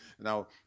Now